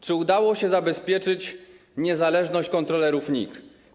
Czy udało się zabezpieczyć niezależność kontrolerów NIK?